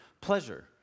pleasure